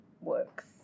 works